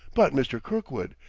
but, mr. kirkwood,